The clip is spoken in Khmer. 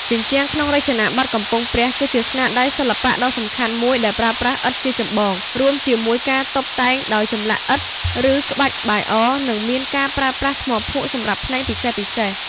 ជញ្ជាំងក្នុងរចនាបថកំពង់ព្រះ គឺជាស្នាដៃសិល្បៈដ៏សំខាន់មួយដែលប្រើប្រាស់ឥដ្ឋជាចម្បង រួមជាមួយការតុបតែងដោយចម្លាក់ឥដ្ឋ ឬក្បាច់បាយអរ និងមានការប្រើប្រាស់ថ្មភក់សម្រាប់ផ្នែកពិសេសៗ។